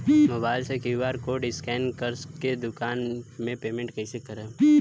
Mobile से QR code scan कर के दुकान मे पेमेंट कईसे करेम?